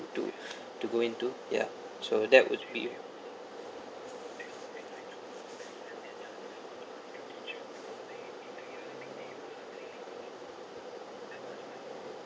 to to go into ya so that would be